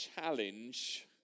challenge